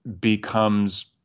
becomes